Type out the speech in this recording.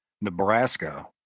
Nebraska